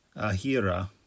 Ahira